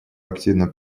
активно